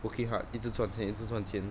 working hard 一直赚钱一直赚钱